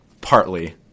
Partly